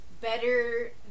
better